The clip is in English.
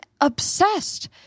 obsessed